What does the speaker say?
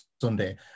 Sunday